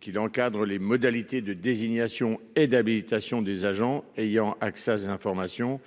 qui l'encadre les modalités de désignation et d'habilitation des agents ayant accès à des informations.